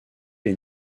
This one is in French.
les